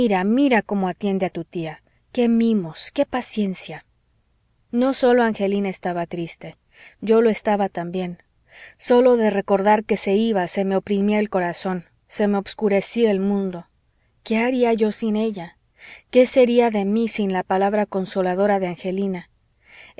mira cómo atiende a tu tía qué mimos qué paciencia no sólo angelina estaba triste yo lo estaba también sólo de recordar que se iba se me oprimía el corazón se me obscurecía el mundo qué haría yo sin ella qué sería de mí sin la palabra consoladora de angelina